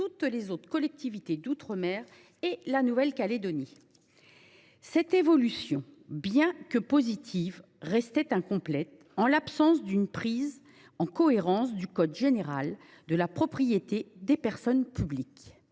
toutes les autres collectivités d’outre mer et en Nouvelle Calédonie. Cette évolution, pour positive qu’elle soit, restait incomplète en l’absence de mise en cohérence du code général de la propriété des personnes publiques.